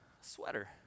sweater